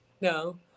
no